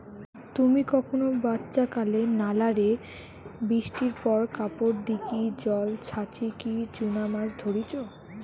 তুমি কখনো বাচ্চাকালে নালা রে বৃষ্টির পর কাপড় দিকি জল ছাচিকি চুনা মাছ ধরিচ?